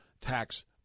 tax